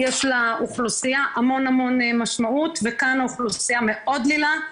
יש לאוכלוסייה המון המון משמעות וכאן האוכלוסייה מאוד דלילה,